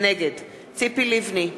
נגד ציפי לבני,